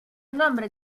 nombre